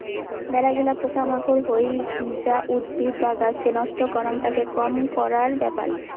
মেলাগিলা পোকা মাকড় হই যা উদ্ভিদ বা গাছকে নষ্ট করাং, তাকে কম করার ব্যাপার